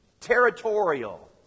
Territorial